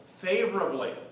favorably